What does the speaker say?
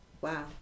Wow